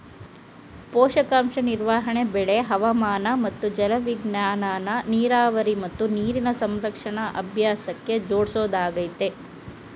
ಪೋಷಕಾಂಶ ನಿರ್ವಹಣೆ ಬೆಳೆ ಹವಾಮಾನ ಮತ್ತು ಜಲವಿಜ್ಞಾನನ ನೀರಾವರಿ ಮತ್ತು ನೀರಿನ ಸಂರಕ್ಷಣಾ ಅಭ್ಯಾಸಕ್ಕೆ ಜೋಡ್ಸೊದಾಗಯ್ತೆ